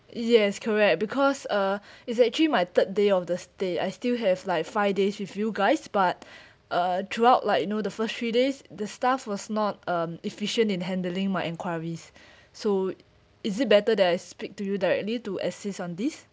yes correct because uh is actually my third day of the stay I still have like five days with you guys but uh throughout like you know the first three days the staff was not um efficient in handling my enquiries so is it better that I speak to you directly to assist on this